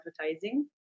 advertising